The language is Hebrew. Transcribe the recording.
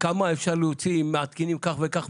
כמה אפשר להוציא אם מעדכנים כך וכך,